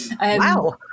Wow